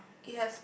ya